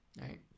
Right